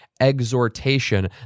exhortation